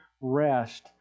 rest